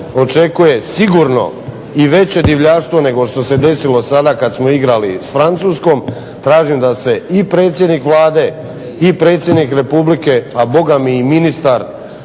očekuje sigurno i veće divljaštvo nego što se desilo sada kad smo igrali s Francuskom, tražim da se i predsjednik Vlade i predsjednik Republike, a bogami i ministar